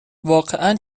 واقعن